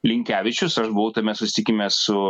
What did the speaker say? linkevičius aš buvau tame susitikime su